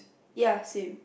ya same